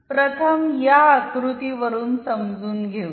प्रथम या आकृती वरून समजून घेऊया